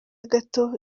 gato